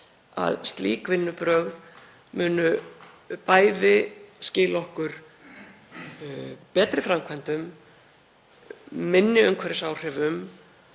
að slík vinnubrögð munu skila okkur betri framkvæmdum, minni umhverfisáhrifum